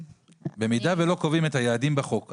במידה ולא קובעים את היעדים בחוק,